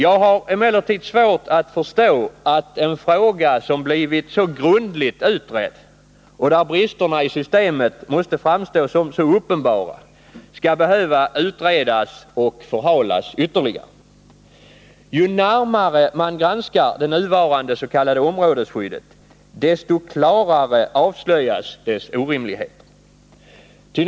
Jag har emellertid svårt att förstå att en fråga som blivit så grundligt utredd och där bristerna i systemet framstår som så uppenbara skall behöva utredas och förhalas ytterligare. Ju närmare man granskar det nuvarande s.k. områdesskyddet, desto klarare avslöjas dess orimligheter.